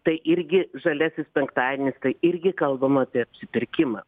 tai irgi žaliasis penktadienis irgi kalbama apie apsipirkimą